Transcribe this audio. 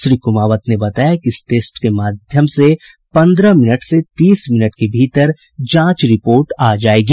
श्री कुमावत ने बताया कि इस टेस्ट के माध्यम से पन्द्रह मिनट से तीस मिनट के भीतर जांच रिपोर्ट आ जायेगी